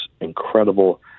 incredible